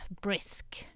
brisk